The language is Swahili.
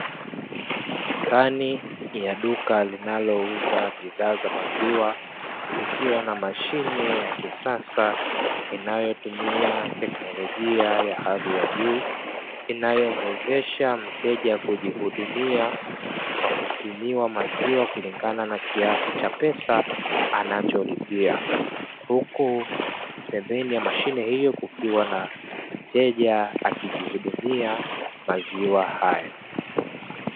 Ndani ya duka linalouza bidhaa za maziwa likiwa na mashine ya kisasa inayotumia teknolojia ya hali ya juu, inayomwezesha mteja kujihudumia kwa kupimiwa maziwa kulingana na kiasi cha pesa anacholipia. Huku pembeni ya mashine hiyo kukiwa na mteja akijihudumia maziwa hayo.